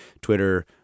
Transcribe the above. Twitter